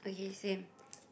okay same